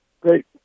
Great